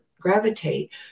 gravitate